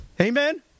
Amen